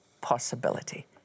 possibility